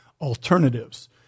alternatives